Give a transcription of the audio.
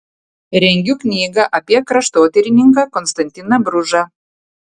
rengiu knygą apie kraštotyrininką konstantiną bružą